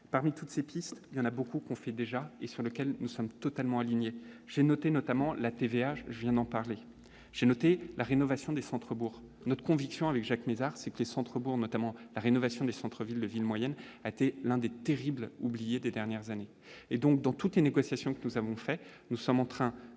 parmi toutes ces pistes, il y en a beaucoup qu'on fait déjà et sur lequel nous sommes totalement aligné, j'ai noté, notamment la TVA, je viens d'en parler, j'ai noté la rénovation du centre bourg notre conviction avec Jacques Mézard centre bourg notamment la rénovation des centres villes, de villes moyennes, a été l'un des terribles des dernières années et donc dans toutes les négociations que nous avons fait, nous sommes en train de